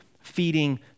feeding